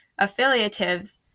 Affiliatives